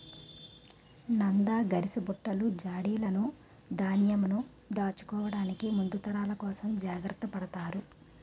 నంద, గరిసబుట్టలు, జాడీలును ధాన్యంను దాచుకోవడానికి ముందు తరాల కోసం జాగ్రత్త పడతారు